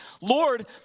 Lord